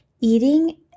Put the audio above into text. eating